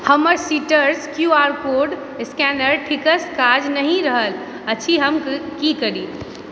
हमर Citrus Q R code scanner ठीकसँ काज नहि कऽ रहल अछि हम की करी